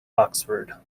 oxford